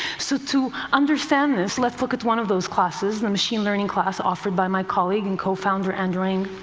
so to understand this, let's look at one of those classes, the machine learning class offered by my colleague and cofounder andrew ng.